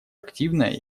активное